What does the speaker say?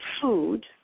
food